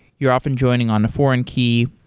you're often joining on a foreign key,